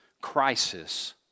crisis